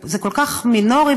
זה כל כך מינורי,